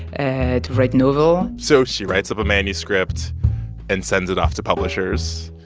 and to write novel so she writes up a manuscript and sends it off to publishers